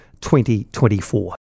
2024